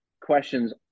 questions